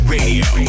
Radio